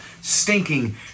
stinking